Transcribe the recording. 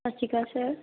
ਸਤਿ ਸ਼੍ਰੀ ਅਕਾਲ ਸਰ